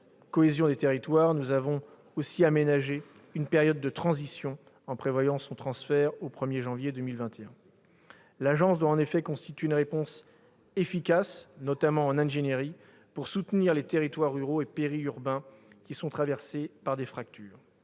cohésion des territoires, nous avons aménagé une période de transition en prévoyant son transfert au 1 janvier 2021. L'agence doit en effet constituer une réponse efficace, notamment en matière d'ingénierie, pour soutenir les territoires ruraux et périurbains traversés par des fractures-